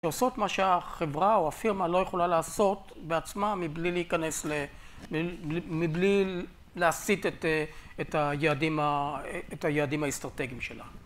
לעשות מה שהחברה או הפירמה לא יכולה לעשות, בעצמה מבלי להיכנס מבלי להסיט את היעדים האסטרטגיים שלה.